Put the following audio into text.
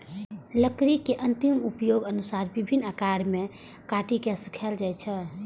लकड़ी के अंतिम उपयोगक अनुसार विभिन्न आकार मे काटि के सुखाएल जाइ छै